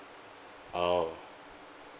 oh